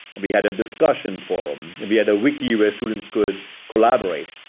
we had a discussion forum, and we had a wiki where students could collaborate,